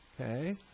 Okay